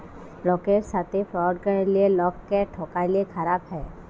লকের সাথে ফ্রড ক্যরলে লকক্যে ঠকালে খারাপ হ্যায়